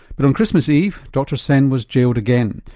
but on christmas eve dr sen was jailed again,